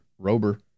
Rober